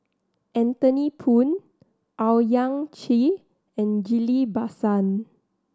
Anthony Poon Owyang Chi and Ghillie Basan